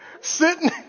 sitting